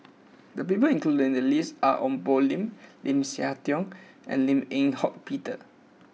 the people included in the list are Ong Poh Lim Lim Siah Tong and Lim Eng Hock Peter